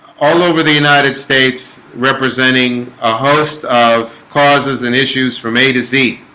all over the united states representing a host of causes and issues from a to z